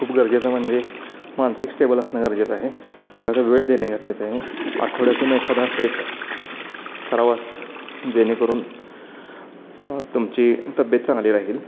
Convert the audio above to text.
खूप गरजेचं म्हणजे मानसिक स्टेबल असणं गरजेचं आहे त्यानंतर वेळ देणे गरजेचं आहे आठवड्यातून एखादा ट्रेक करावाच जेणेकरून तुमची तब्येत चांगली राहील